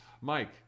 Mike